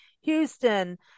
Houston